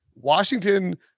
Washington